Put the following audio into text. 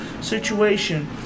situation